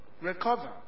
Recover